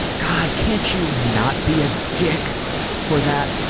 god, can't you not be a dick for that?